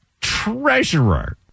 Treasurer